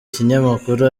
kinyamakuru